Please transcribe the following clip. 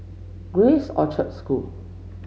Grace Orchard School